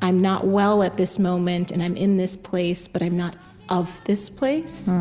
i'm not well at this moment and i'm in this place, but i'm not of this place,